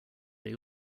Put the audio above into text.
they